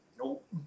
Nope